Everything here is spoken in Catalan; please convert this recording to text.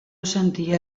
sentia